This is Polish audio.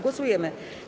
Głosujemy.